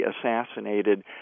assassinated